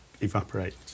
evaporate